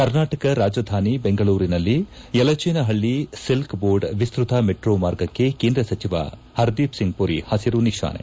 ಕರ್ನಾಟಕ ರಾಜಧಾನಿ ಬೆಂಗಳೂರಿನಲ್ಲಿ ಯಲಚೇನಪಳ್ಳಿ ಸಿಲ್ಮೋರ್ಡ್ ಎಸ್ನತ ಮೆಟ್ರೋ ಮಾರ್ಗಕ್ಕೆ ಕೇಂದ್ರ ಸಚಿವ ಪರ್ದೀಪ್ಸಿಂಗ್ಮರಿ ಪಸಿರು ನಿಶಾನೆ